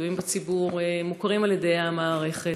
ידועים בציבור, מוכרים על ידי המערכת,